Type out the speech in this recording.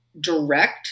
direct